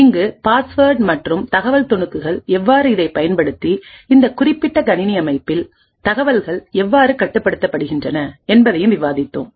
இங்கு பாஸ்வேர்ட் மற்றும் தகவல் துணுக்குகள் எவ்வாறு இதை பயன்படுத்தி இந்த குறிப்பிட்ட கணினி அமைப்பில் தகவல்கள் எவ்வாறு கட்டுப்படுத்தப்படுகின்றன என்பதையும் விவாதித்தோம்